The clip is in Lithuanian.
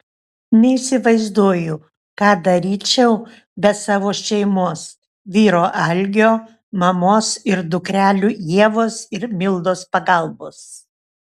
neįsivaizduoju ką daryčiau be savo šeimos vyro algio mamos ir dukrelių ievos ir mildos pagalbos